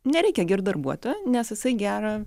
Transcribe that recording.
nereikia girt darbuotojo nes jisai gerą